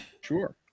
Sure